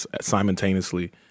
simultaneously